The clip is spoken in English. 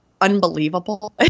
unbelievable